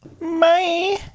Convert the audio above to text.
Bye